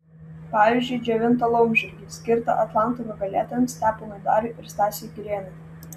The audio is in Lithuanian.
pavyzdžiui džiovintą laumžirgį skirtą atlanto nugalėtojams steponui dariui ir stasiui girėnui